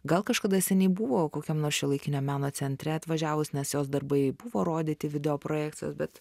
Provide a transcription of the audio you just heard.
gal kažkada seniai buvo kokiam nors šiuolaikinio meno centre atvažiavus nes jos darbai buvo rodyti video projekcijos bet